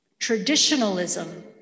Traditionalism